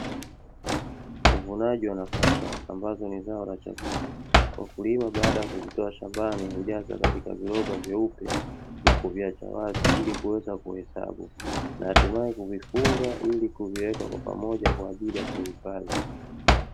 Uvunaji wa nafaka ambazo ni zao la chakula, wakulima baada ya kuzitoa shambani hujaza katika viroba vyeupe na kuviacha wazi ili kuweza kuhesabu na hatimaye kuvifunga ili kuviweka kwa pamoja kwa ajili ya kuvihifadhi.